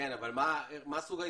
מה סוג ההתקשרות?